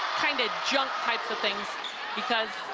kind of junk types of things because